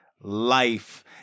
life